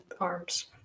arms